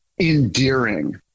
endearing